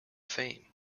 fame